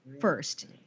first